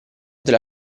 della